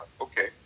Okay